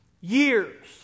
years